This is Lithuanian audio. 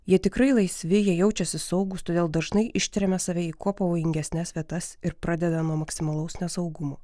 jie tikrai laisvi jie jaučiasi saugūs todėl dažnai ištremia save į kuo pavojingesnes vietas ir pradeda nuo maksimalaus nesaugumo